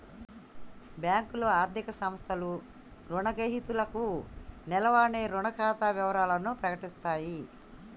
బ్యేంకులు, ఆర్థిక సంస్థలు రుణగ్రహీతలకు నెలవారీ రుణ ఖాతా వివరాలను ప్రకటిత్తయి